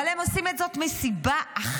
אבל הם עושים את זה מסיבה אחת,